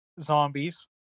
zombies